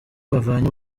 bavanye